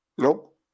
Nope